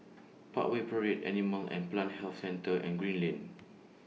Parkway Parade Animal and Plant Health Centre and Green Lane